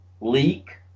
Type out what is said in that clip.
leak